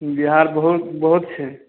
Bihar vote बहुत छै